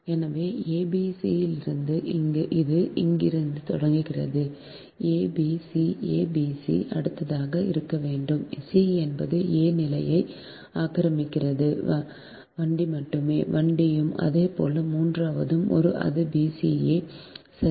எனவே a b c யிலிருந்து இது இங்கிருந்து தொடங்குகிறது a b c a b c அடுத்ததாக இருக்க வேண்டும் c என்பது a நிலையை ஆக்கிரமிக்கிறது வண்டி மட்டுமே வண்டியும் அதேபோல் மூன்றாவது ஒன்று அது பிசிஏ சரி